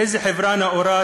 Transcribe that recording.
איזו חברה נאורה,